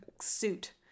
suit